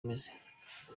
ameze